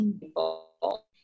people